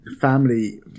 family